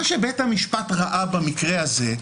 מה שבית המשפט ראה במקרה הזה,